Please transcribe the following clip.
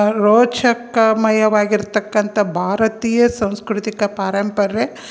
ರೋಚಕಮಯವಾಗಿರತಕ್ಕಂಥ ಭಾರತೀಯ ಸಾಂಸ್ಕೃತಿಕ ಪಾರಂಪರೆ